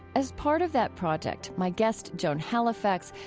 as part of that project, my guest, joan halifax,